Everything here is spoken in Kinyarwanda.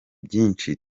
byinshi